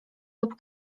lub